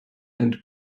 and